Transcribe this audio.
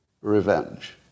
revenge